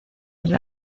del